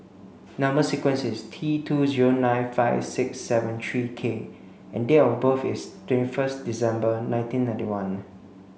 number sequence is T two zero nine five six seven three K and date of birth is twenty first December nineteen ninety one